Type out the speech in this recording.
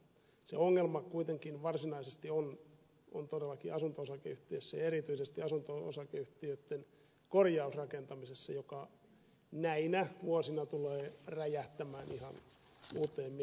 se ongelma kuitenkin varsinaisesti on todellakin asunto osakeyhtiöissä ja erityisesti asunto osakeyhtiöitten korjausrakentamisessa joka näinä vuosina tulee räjähtämään ihan uuteen mittaluokkaan